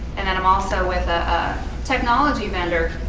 and then i'm also with a technology vendor.